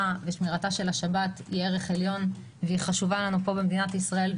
ושמירתה של השבת היא ערך עליון והיא חשובה לנו פה במדינת ישראל ,